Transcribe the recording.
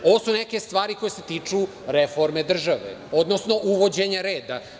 Ovo su neke stvari koje se tiču reforme države, odnosno uvođenja reda.